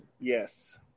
Yes